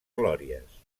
glòries